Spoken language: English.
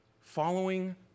following